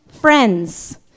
friends